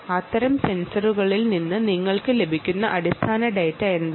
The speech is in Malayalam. അത്തരം സെൻസറുകളിൽ നിന്ന് നിങ്ങൾക്ക് ലഭിക്കുന്ന ഡാറ്റ എന്താണ്